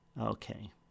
Okay